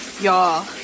y'all